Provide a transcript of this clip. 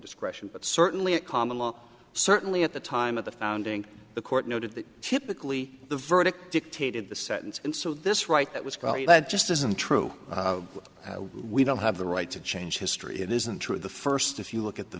discretion but certainly a common law certainly at the time of the founding the court noted that typically the verdict dictated the sentence and so this right that was great that just isn't true we don't have the right to change history it isn't true the first if you look at the